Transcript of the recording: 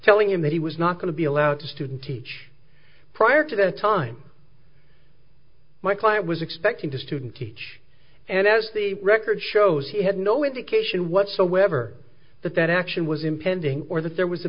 telling him that he was not going to be allowed to student teach prior to the time my client was expecting to student teach and as the record shows he had no indication whatsoever that that action was impending or that there was a